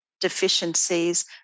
deficiencies